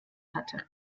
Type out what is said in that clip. hatte